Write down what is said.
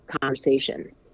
conversation